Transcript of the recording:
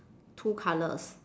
two colours